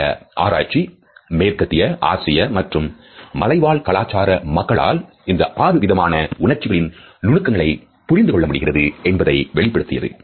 இந்த ஆராய்ச்சி மேற்கத்திய ஆசிய மற்றும் மலைவாழ் கலாச்சார மக்களால் இந்த ஆறு விதமான உணர்ச்சிகளின் நுணுக்கங்களை புரிந்து கொள்ள முடிகிறது என்பதை வெளிப்படுத்தியது